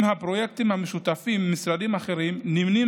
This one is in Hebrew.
עם הפרויקטים המשותפים עם משרדים אחרים נמנים